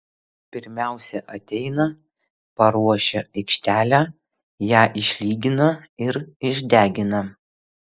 pirmiausia ateina paruošia aikštelę ją išlygina ir išdegina